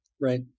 Right